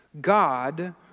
God